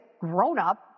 grown-up